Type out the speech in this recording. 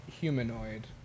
humanoid